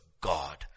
God